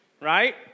right